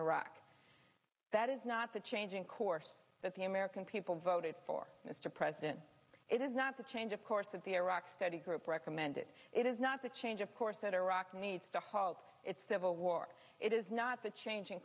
iraq that is not the change in course that the american people voted for mr president it is not the change of course of the iraq study group recommended it is not the change of course that iraq needs to halt its civil war it is not the changing